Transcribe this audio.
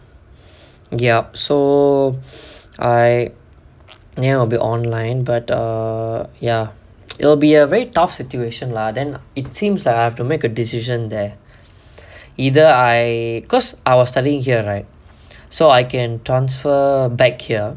yup so I never will be online but err ya it'll be a very tough situation lah then it seems ah I have to make a decision there either I because I was studying here right so I can transfer back here